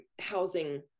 housing